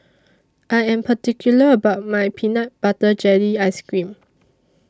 I Am particular about My Peanut Butter Jelly Ice Cream